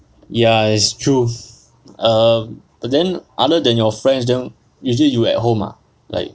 ya is truth err then other than your friends usually you at home ah like